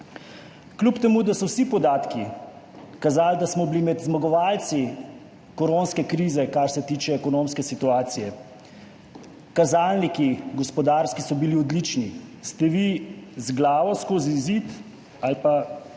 Kljub temu da so vsi podatki kazali, da smo bili med zmagovalci koronske krize, kar se tiče ekonomske situacije, gospodarski kazalniki so bili odlični, ste vi z glavo skozi zid ali pa